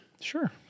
Sure